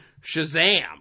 Shazam